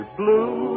blue